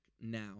now